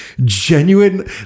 genuine